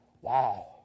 Wow